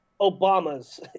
Obama's